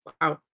Wow